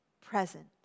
present